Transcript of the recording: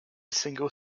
single